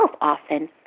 often